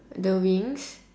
the wings